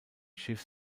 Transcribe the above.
schiff